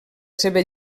seva